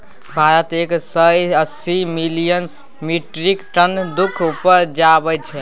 भारत एक सय अस्सी मिलियन मीट्रिक टन दुध उपजाबै छै